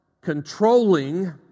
Controlling